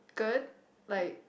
good like